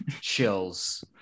chills